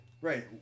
Right